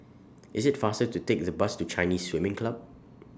IS IT faster to Take The Bus to Chinese Swimming Club